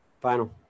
Final